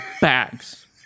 bags